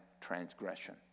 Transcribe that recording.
transgression